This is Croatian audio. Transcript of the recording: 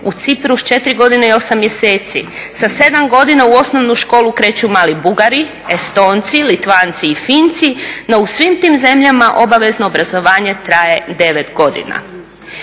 u Cipru sa 4 godine i 8 mjeseci. Sa 7 godina u osnovnu školu kreću mali Bugari, Estonci, Litvanci i Finci no u svim tim zemljama obavezno obrazovanje traje 9 godina.